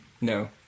No